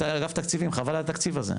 אתה מאגף התקציבים, חבל על התקציב הזה.